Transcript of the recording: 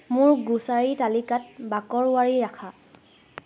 মোৰ গ্ৰ'চাৰী তালিকাত বাকৰৱাড়ি ৰাখা